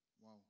wow